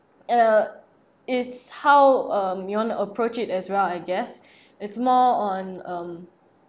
uh it's how um you want to approach it as well I guess it's more on um